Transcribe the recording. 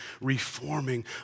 reforming